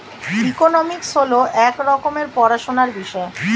economics হল এক রকমের পড়াশোনার বিষয়